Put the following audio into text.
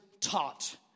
taught